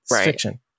fiction